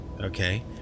okay